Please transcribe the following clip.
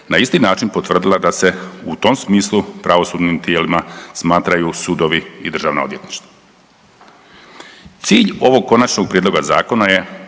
na isti način potvrdila da se u tom smislu pravosudnim tijelima smatraju sudovi i državna odvjetništva. Cilj ovog konačnog prijedloga zakona je